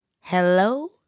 Hello